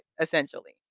essentially